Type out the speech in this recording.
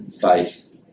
Faith